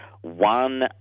one